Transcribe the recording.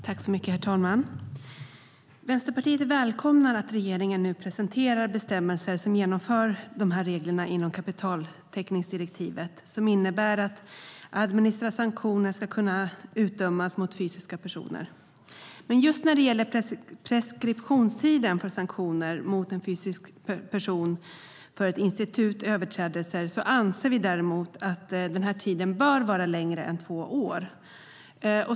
Herr talman! Vänsterpartiet välkomnar att regeringen nu presenterar bestämmelser som genomför de här reglerna inom kapitaltäckningsdirektivet som innebär att administrativa sanktioner ska kunna utdömas mot fysiska personer. Nya administrativa sanktioner på finans-marknadsområdet När det gäller preskriptionstiden för sanktioner mot en fysisk person för ett instituts överträdelser anser vi däremot att tiden bör vara längre än två år.